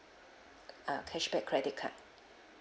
uh cashback credit card